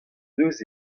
deus